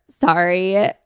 Sorry